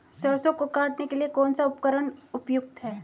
सरसों को काटने के लिये कौन सा उपकरण उपयुक्त है?